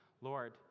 Lord